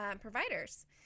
providers